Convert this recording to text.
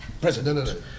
President